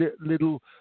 little